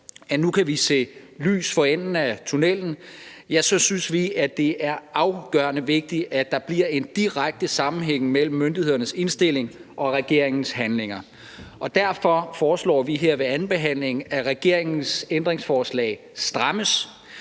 vi nu kan se lys for enden af tunnellen, synes vi, at det er afgørende vigtigt, at der bliver en direkte sammenhæng mellem myndighedernes indstilling og regeringens handlinger. Derfor foreslår vi her ved andenbehandlingen, at regeringens ændringsforslag strammes,